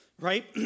right